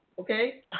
okay